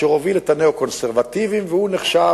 אשר הוביל את הניאו-קונסרבטיבים, והוא נחשב